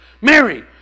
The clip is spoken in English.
Mary